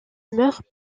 meurt